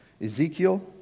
Ezekiel